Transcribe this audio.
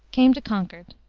came to concord.